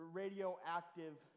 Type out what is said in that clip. radioactive